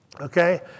Okay